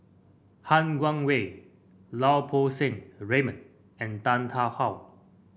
Han Guangwei Lau Poo Seng Raymond and Tan Tarn How